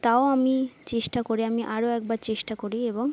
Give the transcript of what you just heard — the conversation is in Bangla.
তাও আমি চেষ্টা করে আমি আরো একবার চেষ্টা করি এবং